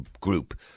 group